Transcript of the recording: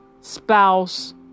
spouse